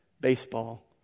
Baseball